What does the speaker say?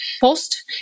post